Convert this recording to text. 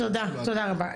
תודה רבה.